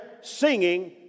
singing